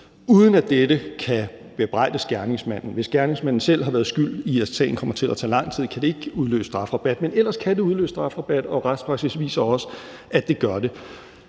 uden at dette kan bebrejdes gerningsmanden. Hvis gerningsmanden selv har været skyld i, at sagen kommer til at tage lang tid, kan det ikke udløse strafrabat, men ellers kan det udløse strafrabat, og retspraksis viser også, at det gør det.